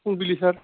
फुंबिलि सार